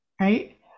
right